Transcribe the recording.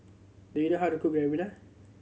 do you know how to cook Ribena